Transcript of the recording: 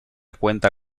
cuenta